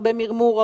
הרבה מרמור,